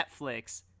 Netflix